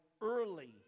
early